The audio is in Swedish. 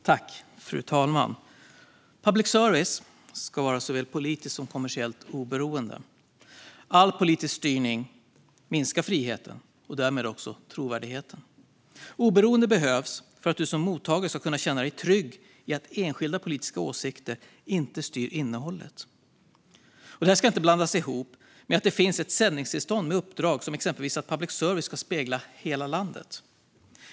Fru talman! Public service ska vara såväl politiskt som kommersiellt oberoende. All politisk styrning minskar friheten och därmed också trovärdigheten. Oberoendet behövs för att du som mottagare ska kunna känna dig trygg i att enskilda politiska åsikter inte styr innehållet. Detta ska inte blandas ihop med att det finns ett sändningstillstånd med uppdrag, exempelvis att public service ska spegla hela landet.